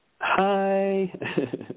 Hi